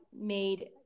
made